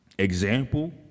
Example